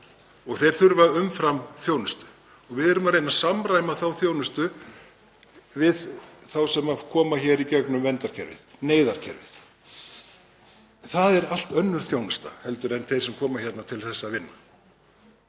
Þeir þurfa umframþjónustu og við erum að reyna að samræma þá þjónustu við þá sem koma hér í gegnum verndarkerfið, neyðarkerfið. Það er allt önnur þjónusta heldur en þeir sem koma hingað til að vinna.